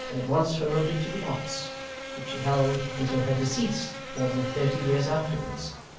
and at once promoted to the office which she held until her decease, more than thirty years afterwards,